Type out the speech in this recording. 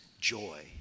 joy